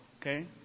Okay